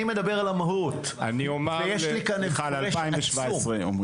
אני מדבר על המהות ויש לי כאן הפרש עצום.